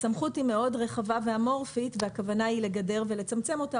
הסמכות היא מאוד רחבה ואמורפית והכוונה היא לגדר ולצמצם אותה.